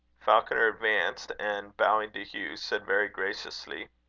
falconer advanced, and, bowing to hugh said, very graciously